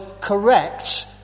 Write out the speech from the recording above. correct